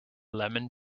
lemon